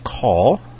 call